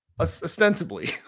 ostensibly